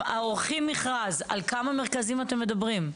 עורכים מכרז - על כמה מרכזים אתם מדברים?